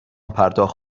پرداخت